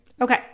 Okay